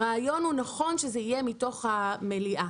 הרעיון הוא נכון שזה יהיה מתוך המליאה.